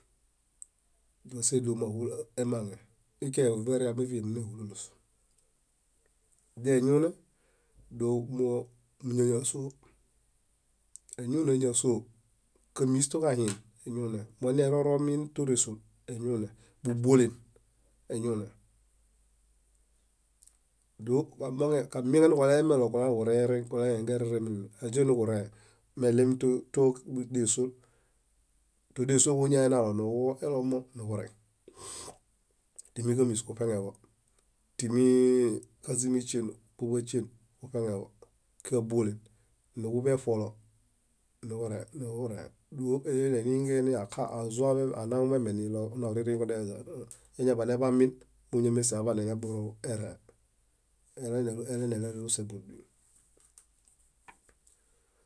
Músiedomaɦula emaŋe nikaġe veriame ví emuneɦulilus deñune dómoñaso. Eñune ñásoo moġamis toġahĩs, eñune maniororomin tóresol eñune búbuolen eñune, diel kamieŋa niġuleemereŋ kulaniġurere mími ázie niġurẽe meɭemi tódesol. Tódesol kuñaenalo niġulon niġureŋ timi kazimen íśen, kábuolen niġuḃe eṗuolo niġurẽe, eñaḃaneḃamin neḃosu buduñ